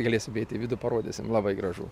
galėsim eiti į vidų parodysim labai gražu